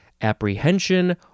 apprehension